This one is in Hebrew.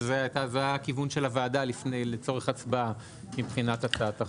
וזה היה הכיוון של הוועדה לצורך הצבעה מבחינת הצעת החוק.